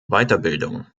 weiterbildung